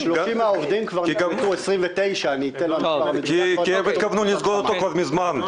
29 העובדים --- הם התכוונו לסגור אותו כבר מזמן,